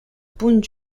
punt